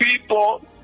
people